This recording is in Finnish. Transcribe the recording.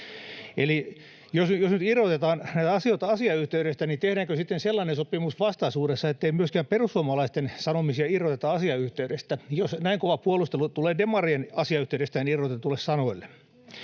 jos nyt irrotetaan näitä asioita asiayhteydestä, niin tehdäänkö sitten sellainen sopimus vastaisuudessa, ettei myöskään perussuomalaisten sanomisia irroteta asiayhteydestä, [Kimmo Kiljusen välihuuto] jos näin kova puolustelu tulee demarien asiayhteydestään irrotetuille sanoille.